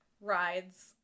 rides